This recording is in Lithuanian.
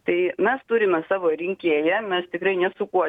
tai mes turime savo rinkėją mes tikrai ne su kuo